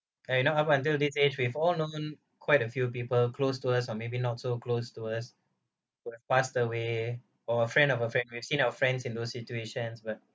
eh you not up until this age with all known quite a few people close to us or maybe not so close to us who have passed away or a friend of a friend we have seen our friends in those situations but